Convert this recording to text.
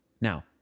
now